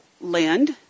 land